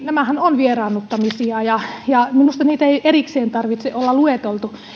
nämähän ovat vieraannuttamisia ja ja minusta ei erikseen tarvitse olla lueteltuna